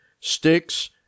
sticks